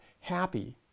happy